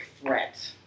threat